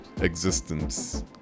existence